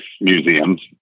museums